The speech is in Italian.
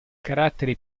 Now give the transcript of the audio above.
carattere